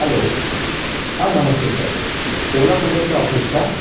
hello हां नमस्ते sir Ola कुबेरचं ऑफिस का